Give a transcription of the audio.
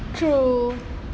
true